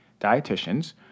dietitians